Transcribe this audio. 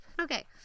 Okay